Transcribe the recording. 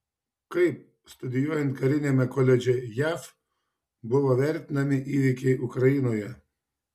kaip studijuojant kariniame koledže jav buvo vertinami įvykiai ukrainoje